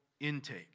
intake